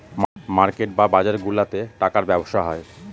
market বা বাজারগুলাতে টাকার ব্যবসা হয়